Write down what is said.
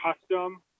custom